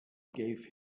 gave